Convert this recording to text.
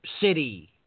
city